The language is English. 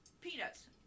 peanuts